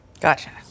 Gotcha